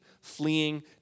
fleeing